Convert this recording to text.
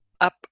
up